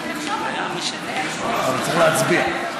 אבל צריך להצביע.